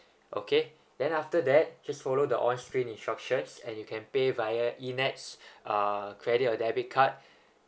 okay then after that just follow the on screen instructions and you can pay via e nets uh credit or debit card